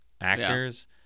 actors